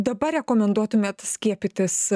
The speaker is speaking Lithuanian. dabar rekomenduotumėt skiepytis